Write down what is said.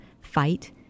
fight